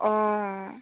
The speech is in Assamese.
অঁ